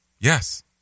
Yes